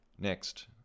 Next